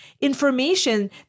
information